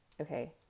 Okay